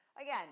Again